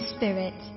Spirit